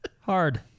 Hard